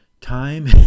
time